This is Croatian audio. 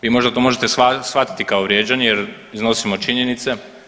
Vi možda to možete shvatiti kao vrijeđanje jer iznosimo činjenice.